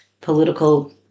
political